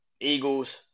Eagles